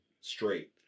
straight